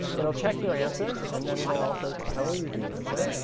it'll check your answer and then it will also tell you the answer,